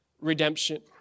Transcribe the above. redemption